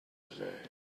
today